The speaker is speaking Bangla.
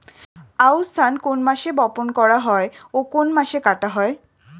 আউস ধান কোন মাসে বপন করা হয় ও কোন মাসে কাটা হয়?